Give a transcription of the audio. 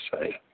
say